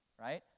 right